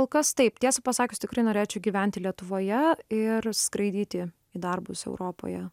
kol kas taip tiesą pasakius tikrai norėčiau gyventi lietuvoje ir skraidyti į darbus europoje